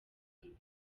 ibindi